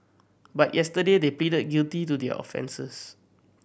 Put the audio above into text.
but yesterday they pleaded a guilty to their offences